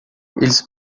eles